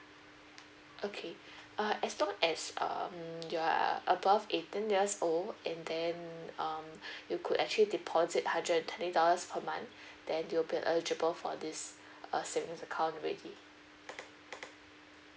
okay uh as long as um you are above eighteen years old and then um you could actually deposit hundred and twenty dollars per month then you will be eligible for this uh savings account already